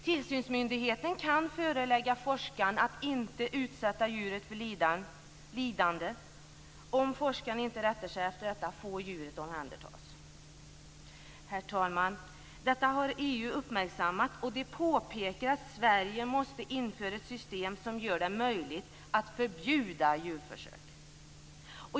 Tillsynsmyndigheterna kan förelägga forskarna att inte utsätta djuret för lidande. Om forskarna inte rättar sig efter detta får djuret omhändertas. Herr talman! EU har uppmärksammat detta. Man påpekar att Sverige måste införa ett system som gör det möjligt att förbjuda djurförsök.